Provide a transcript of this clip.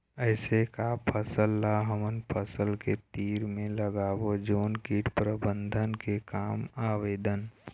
ऐसे का फसल ला हमर फसल के तीर मे लगाबो जोन कीट प्रबंधन के काम आवेदन?